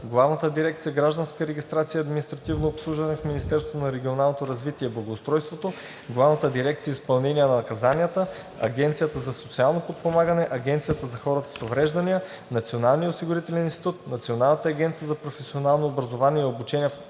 Главната дирекция „Гражданска регистрация и административно обслужване“ в Министерството на регионалното развитие и благоустройството, Главната дирекция „Изпълнение на наказанията“, Агенцията за социално подпомагане, Агенцията за хората с увреждания, Националния осигурителен институт, Националната агенция за професионално образование и обучение и